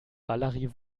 valerie